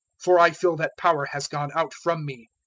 for i feel that power has gone out from me.